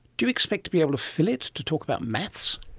do you expect to be able to fill it to talk about maths?